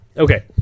Okay